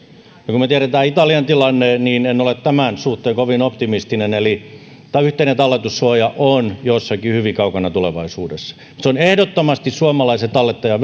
kun me tiedämme italian tilanteen niin en ole tämän suhteen kovin optimistinen eli yhteinen talletussuoja on jossakin hyvin kaukana tulevaisuudessa se on ehdottomasti suomalaisen tallettajan